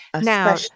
now